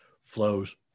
flows